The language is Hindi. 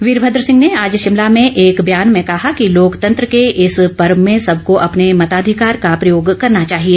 वीरमद्र सिंह ने आज शिमला में एक बयान में कहा कि लोकतंत्र के इस पर्व में सबको अपने मताधिकार का प्रयोग करना चाहिए